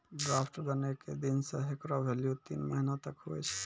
draft बनै के दिन से हेकरो भेल्यू तीन महीना तक हुवै छै